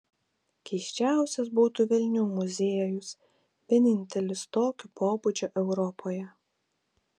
keisčiausias būtų velnių muziejus vienintelis tokio pobūdžio europoje